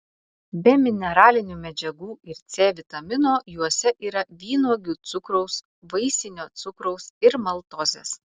be mineralinių medžiagų ir c vitamino juose yra vynuogių cukraus vaisinio cukraus ir maltozės